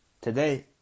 Today